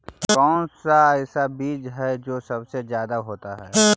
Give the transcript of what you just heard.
कौन सा ऐसा बीज है जो सबसे ज्यादा होता है?